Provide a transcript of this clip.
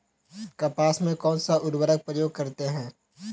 कपास में कौनसा उर्वरक प्रयोग करते हैं?